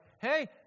Hey